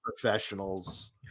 professionals